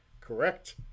Correct